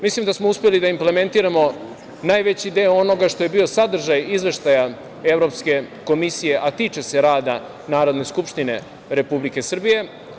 Mislim da smo uspeli da implementiramo najveći deo onoga što je bio sadržaj izveštaj Evropske komisije, a tiče se rada Narodne skupštine Republike Srbije.